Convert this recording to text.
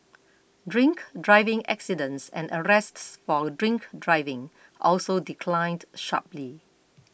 drink driving accidents and arrests for drink driving also declined sharply